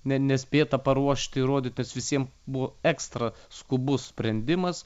net nespėta paruošti rodytis visiems buvo ekstra skubus sprendimas